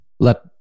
Let